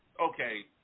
Okay